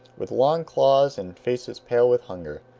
with long claws and faces pale with hunger.